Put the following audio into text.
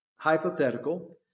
hypothetical